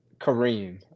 Kareem